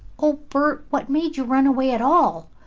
oh, bert, what made you run away at all.